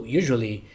usually